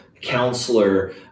counselor